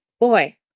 Boy